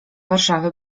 warszawy